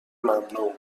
ممنوع